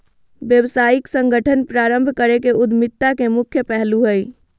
व्यावसायिक संगठन प्रारम्भ करे के उद्यमिता के मुख्य पहलू हइ